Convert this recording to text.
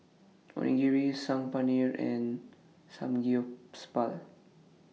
Onigiri Saag Paneer and Samgyeopsal